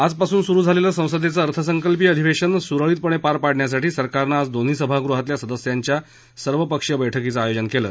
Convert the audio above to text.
आज पासून सुरू झालेलं संसदेचं अर्थसंकल्पीय अधिवेशन सुरळीतपणे पार पाडण्यासाठी सरकारनं आज दोन्ही सभागृहातल्या सदस्यांच्या सर्वपक्षीय बैठकीचं आयोजन केलं